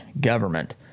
government